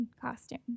costume